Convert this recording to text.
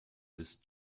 this